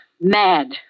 Mad